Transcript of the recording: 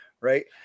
right